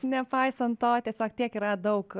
nepaisant to tiesiog tiek yra daug